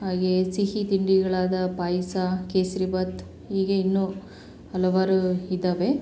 ಹಾಗೇ ಸಿಹಿ ತಿಂಡಿಗಳಾದ ಪಾಯಸ ಕೇಸರಿಭಾತ್ ಹೀಗೇ ಇನ್ನೂ ಹಲವಾರು ಇದ್ದಾವೆ